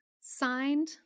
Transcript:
signed